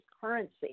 currency